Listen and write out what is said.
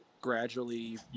gradually